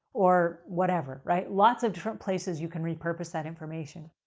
or whatever, right? lots of different places you can repurpose that information.